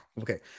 Okay